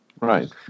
Right